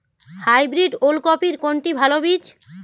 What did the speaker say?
Hybrid ওল কপির কোনটি ভালো বীজ?